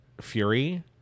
Fury